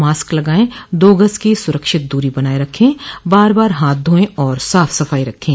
mask लगायें दो गज की सुरक्षित दूरी बनाये रखें बार बार हाथ धोएं और साफ सफाई रखें